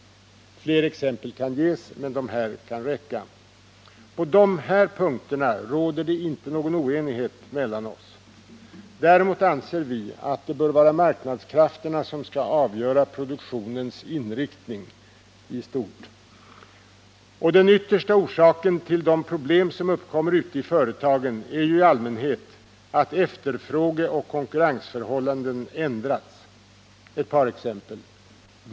Fler exempel kan ges, men de här kan räcka. På de här punkterna råder ingen oenighet mellan oss. Däremot anser vi att det bör vara marknadskrafterna som skall avgöra produktionens inriktning i stort. Och den yttersta orsaken till de problem som uppkommer ute i företagen är ju i allmänhet att efterfrågeoch konkurrensförhållandena ändrats. Jag kan ta ett par exempel.